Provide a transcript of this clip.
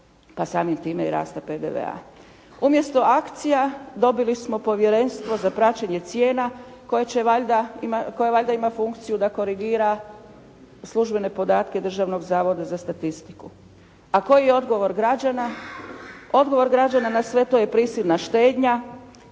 pa samim time i rasta PDV-a. Umjesto akcija dobili smo Povjerenstvo za praćenje cijena koje valjda ima funkciju da korigira službene podatke Državnog zavoda za statistiku. A koji je odgovor građana? Odgovor građana na sve to je prisilna štednja,